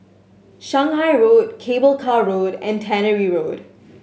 Shanghai Road Cable Car Road and Tannery Road